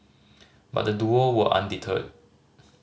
but the duo were undeterred